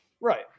Right